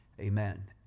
Amen